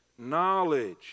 knowledge